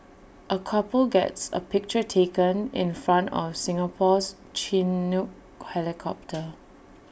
A couple gets A picture taken in front of Singapore's Chinook helicopter